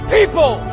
People